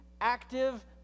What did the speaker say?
active